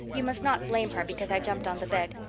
you must not blame her because i jumped on the bed.